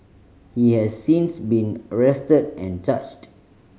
he has since been arrested and charged